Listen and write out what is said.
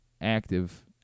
Active